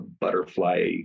butterfly